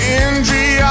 injury